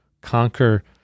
conquer